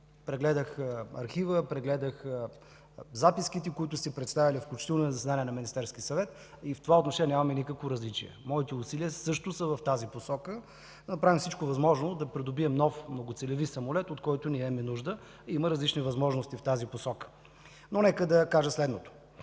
Прегледах архива, прегледах записките, които сте представили, включително и на заседание на Министерския съвет, в това отношение нямаме никакво различие. Моите усилия също са в тази посока – да направим всичко възможно да придобием нов многоцелеви самолет, от който ние имаме нужда. В тази посока има различни възможности. Нека да кажа следното.